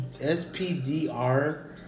S-P-D-R